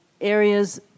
areas